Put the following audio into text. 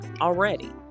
already